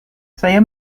saya